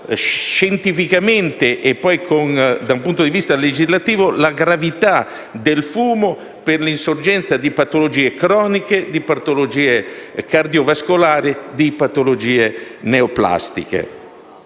scientificamente e poi dal punto di vista legislativo la gravità del fumo per l'insorgenza di patologie croniche, di patologie cardiovascolari e neoplastiche.